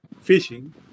fishing